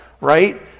Right